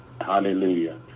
Hallelujah